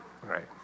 Right